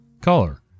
Color